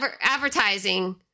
advertising